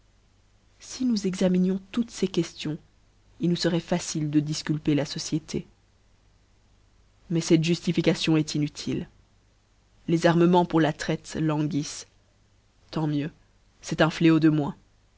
si nous examinions toutes ces queutons il nous feroit facile de difculper la société mais cette juftifkation eft inutile les armç mens pour la traite lauguiffent tant mieux c'eft un fléau de moins